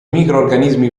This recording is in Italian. microrganismi